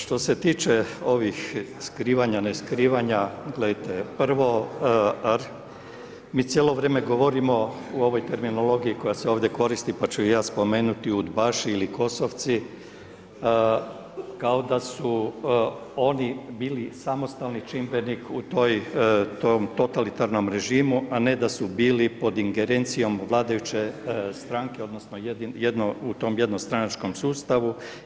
Što se tiče ovih skrivanja, neskrivanja, gledajte, prvo, mi cijelo vrijeme govorimo o ovoj terminologiji koja se ovdje koristi, pa ću ih ja spomenuti, udbaši ili Kosovci, kao da su oni bili samostalni čimbenik u tom totalitarnom režimu, a ne da su bili pod ingerencijom vladajuće stranke, odnosno, u tom jednom jednostranačkom sustavu.